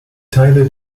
teile